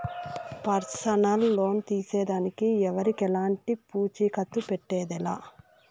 personal loan తీసేదానికి ఎవరికెలంటి పూచీకత్తు పెట్టేదె లా